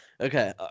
Okay